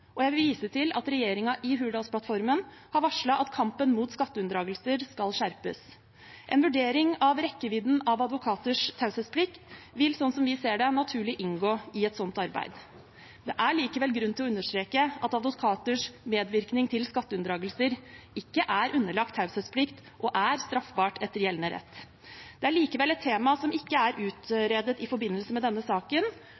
og jeg vil vise til at regjeringen i Hurdalsplattformen har varslet at kampen mot skatteunndragelser skal skjerpes. En vurdering av rekkevidden av advokaters taushetsplikt vil, slik vi ser det, naturlig inngå i et slikt arbeid. Det er likevel grunn til å understreke at advokaters medvirkning til skatteunndragelser ikke er underlagt taushetsplikt, og at det er straffbart etter gjeldende rett. Likevel er det et tema som ikke er